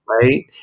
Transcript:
right